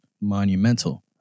monumental